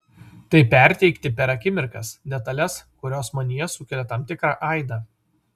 tai perteikti per akimirkas detales kurios manyje sukelia tam tikrą aidą